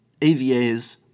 AVAs